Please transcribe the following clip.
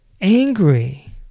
angry